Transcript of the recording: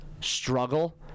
struggle